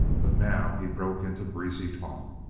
but now he broke into breezy talk.